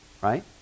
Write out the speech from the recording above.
right